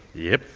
yep.